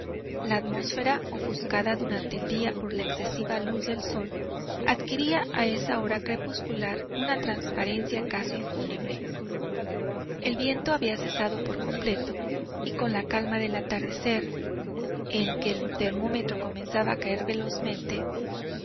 la atmósfera ofuscada durante el día por la excesiva luz del sol adquiría a esa hora crepuscular una transparencia casi fúnebre el viento había cesado por completo y con la calma del atardecer en que el termómetro comenzaba a caer velozmente